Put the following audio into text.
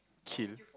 kill